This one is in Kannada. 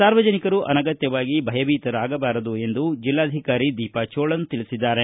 ಸಾರ್ವಜನಿಕರು ಅನಗತ್ಯವಾಗಿ ಭಯಭೀತರಾಗಬಾರದು ಎಂದು ಜಿಲ್ಲಾಧಿಕಾರಿ ದೀಪಾ ಚೋಳನ್ ತಿಳಿಸಿದ್ದಾರೆ